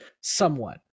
somewhat